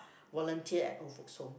volunteer at old folks home